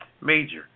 major